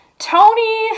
Tony